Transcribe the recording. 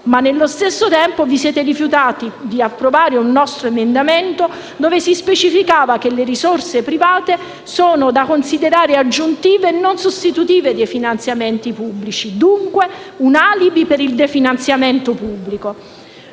ma nello stesso tempo vi siete rifiutati di approvare un nostro emendamento in cui si specificava che le risorse private sono da considerare aggiuntive e non sostitutive dei finanziamenti pubblici. Si tratta, dunque, di un alibi per il definanziamento pubblico.